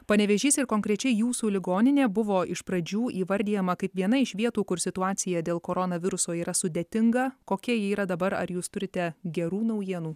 panevėžys ir konkrečiai jūsų ligoninė buvo iš pradžių įvardijama kaip viena iš vietų kur situacija dėl koronaviruso yra sudėtinga kokia ji yra dabar ar jūs turite gerų naujienų